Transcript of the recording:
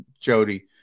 Jody